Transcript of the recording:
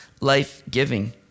life-giving